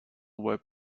were